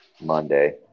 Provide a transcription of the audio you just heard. Monday